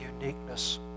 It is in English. uniqueness